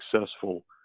successful